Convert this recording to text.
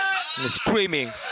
Screaming